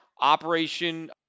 operation